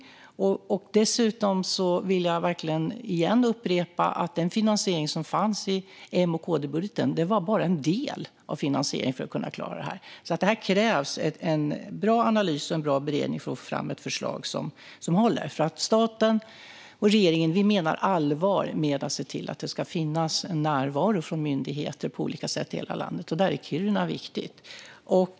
Dessutom vill jag verkligen upprepa att den finansiering som fanns i M-KD-budgeten bara var en del av finansieringen för att kunna klara detta. Här krävs en bra analys och en bra beredning för att få fram ett förslag som håller. Staten och regeringen menar nämligen allvar med att se till att det ska finnas en närvaro från myndigheter på olika sätt i hela landet. Där är Kiruna viktigt.